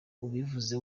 ubivuze